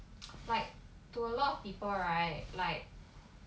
like to a lot of people right like